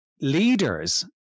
leaders